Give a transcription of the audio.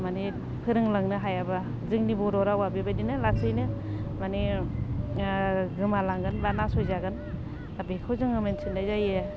माने फोरोंलांनो हायाबा जोंनि बर' रावा बेबायदिनो लासैनो माने गोमालांगोन बा नासयजागोन दा बेखौ जोङो मिथिनाय जायो